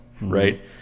right